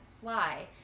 fly